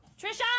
Trisha